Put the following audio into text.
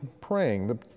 praying